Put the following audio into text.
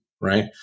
right